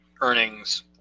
earnings